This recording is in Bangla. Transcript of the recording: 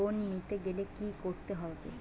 লোন নিতে গেলে কি করতে হবে?